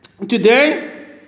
Today